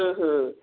ହଁ ହଁ